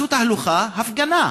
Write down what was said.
הם עשו תהלוכה, הפגנה.